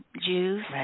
Jews